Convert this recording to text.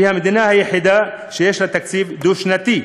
שהיא המדינה היחידה שיש לה תקציב דו-שנתי.